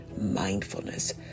mindfulness